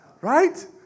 Right